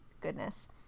goodness